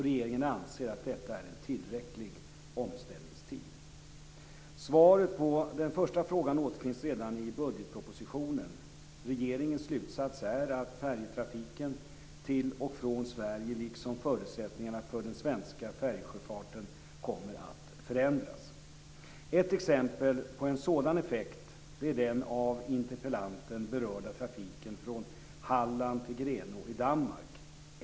Regeringen anser att detta är en tillräcklig omställningstid. Svaret på den första frågan återfinns redan i budgetpropositionen . Regeringens slutsats är att färjetrafiken till och från Sverige liksom förutsättningarna för den svenska färjesjöfarten kommer att förändras. Ett exempel på en sådan effekt är den av interpellanten berörda trafiken från Halland till Grenå i Danmark.